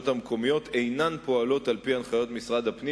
המקומיות אינן פועלות על-פי הנחיות משרד הפנים,